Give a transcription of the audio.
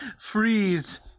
Freeze